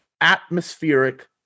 atmospheric